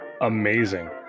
Amazing